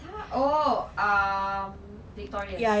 tak oh um victorious